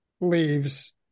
leaves